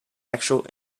actual